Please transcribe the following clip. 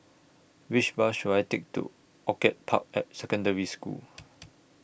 Which Bus should I Take to Orchid Park Secondary School